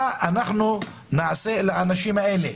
מדינת ישראל מציעה לעשות עם כל האנשים האלה?